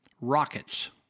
Rockets